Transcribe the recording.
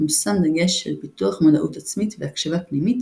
מושם דגש על פיתוח מודעות עצמית והקשבה פנימית